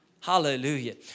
Hallelujah